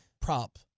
prop